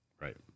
Right